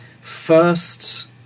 first